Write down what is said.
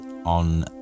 on